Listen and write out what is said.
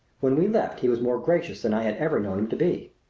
when we left he was more gracious than i had ever known him to be.